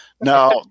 Now